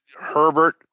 Herbert